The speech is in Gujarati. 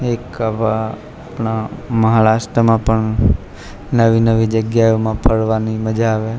એક વા આપણા મહારાષ્ટ્રમાં પણ નવી નવી જગ્યાએ ફરવાની મજા આવે